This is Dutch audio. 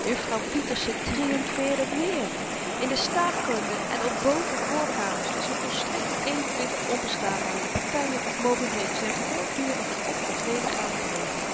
juffrouw pieterse triumfeerde weer in de staatkunde en op boven voorkamers is n volstrekt evenwicht onbestaanbaar de partyen of mogendheden zyn voortdurend in op of nedergaande beweging